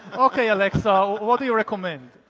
okay, alexa what do you recommend?